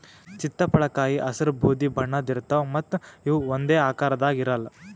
ಚಿತ್ತಪಳಕಾಯಿ ಹಸ್ರ್ ಬೂದಿ ಬಣ್ಣದ್ ಇರ್ತವ್ ಮತ್ತ್ ಇವ್ ಒಂದೇ ಆಕಾರದಾಗ್ ಇರಲ್ಲ್